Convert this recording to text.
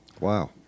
Wow